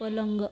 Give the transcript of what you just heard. पलंग